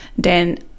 dan